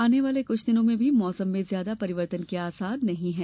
आने वाले कुछ दिनों में भी मौसम में ज्यादा परिवर्तन के आसार नहीं है